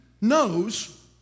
knows